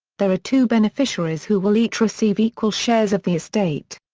there are two beneficiaries who will each receive equal shares of the estate.